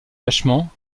lâchement